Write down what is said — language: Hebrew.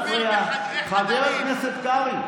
רגע, מילה יש לי להגיד, חבר הכנסת קרעי,